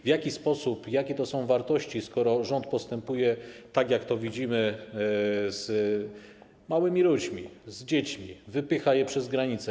W jaki sposób, jakie to są wartości, skoro rząd postępuje tak, jak to widzimy, z małymi ludźmi, z dziećmi, wypycha je przez granicę?